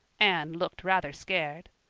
anne looked rather scared.